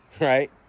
Right